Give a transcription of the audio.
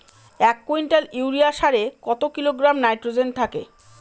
এক quintal urea সারে কত কিলোগ্রাম নাইট্রোজেন থাকে?